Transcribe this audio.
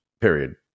Period